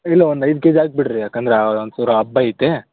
ಇಲ್ಲ ಒಂದು ಐದು ಕೆ ಜಿ ಹಾಕ್ಬಿಡ್ರಿ ಯಾಕೆಂದ್ರೆ ಒಂಚೂರು ಹಬ್ಬ ಐತೆ